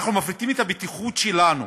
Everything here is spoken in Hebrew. אנחנו מפריטים את הבטיחות שלנו.